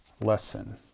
lesson